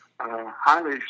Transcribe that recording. Highly